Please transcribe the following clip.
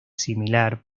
similar